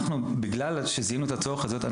בגלל שזיהינו את הצורך הזה,